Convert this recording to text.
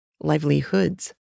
livelihoods